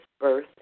birth